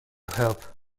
help